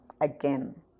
again